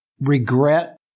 regret